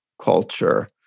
culture